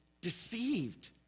deceived